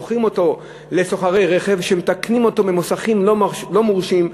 מוכרים אותו לסוחרי רכב שמתקנים אותו במוסכים לא מורשים,